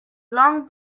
long